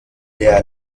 der